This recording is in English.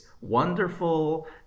wonderful